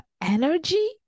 energy